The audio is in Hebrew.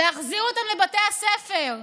להחזיר אותם לבתי הספר.